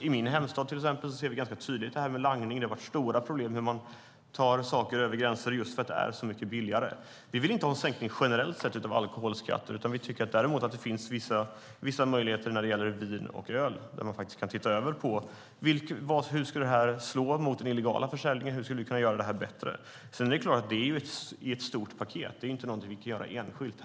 I min hemstad är langning och att man tar det över gränsen för att det är så mycket billigare ett stort problem. Vi vill inte ha en generell sänkning av alkoholskatten, men vi tycker att det finns vissa möjligheter när det gäller vin och öl. Här kan man titta över hur det skulle slå mot den illegala försäljningen och hur vi kan göra det bättre. Detta ingår dock i ett stort paket och kan inte göras enskilt.